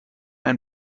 ein